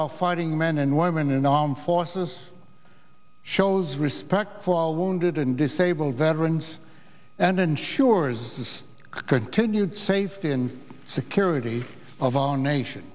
our fighting men and women in the armed forces shows respect for our wounded and disabled veterans and ensures his continued safety and security of our nation